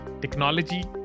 technology